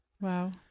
Wow